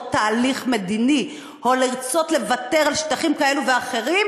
תהליך מדיני או לוותר על שטחים כאלה ואחרים,